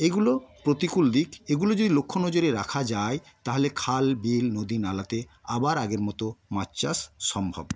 এগুলো প্রতিকূল দিক এগুলো যদি লক্ষ্য নজরে রাখা যায় তাহলে খালবিল নদী নালাতে আবার আগের মত মাছ চাষ সম্ভব